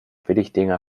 billigdinger